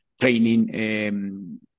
training